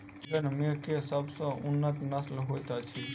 बैंगन मे केँ सबसँ उन्नत नस्ल होइत अछि?